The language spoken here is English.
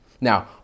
Now